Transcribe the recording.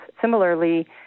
Similarly